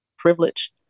privilege